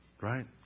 Right